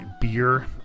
beer